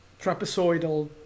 trapezoidal